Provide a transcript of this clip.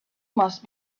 must